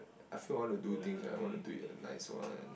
I feel I want to do things that I want to do it a nice one